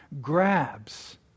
grabs